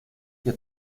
que